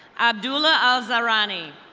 abdula alzarani.